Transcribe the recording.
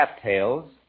cattails